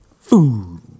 food